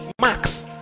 Max